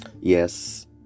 yes